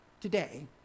today